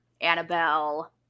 Annabelle